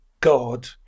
God